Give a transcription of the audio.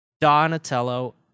Donatello